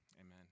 Amen